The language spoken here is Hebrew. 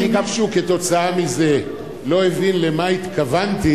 אם מישהו כתוצאה מזה לא הבין למה התכוונתי,